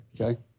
okay